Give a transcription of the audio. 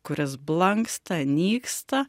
kuris blanksta nyksta